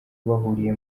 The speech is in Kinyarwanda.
bahuriye